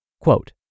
Quote